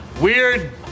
Weird